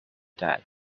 that